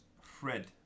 Fred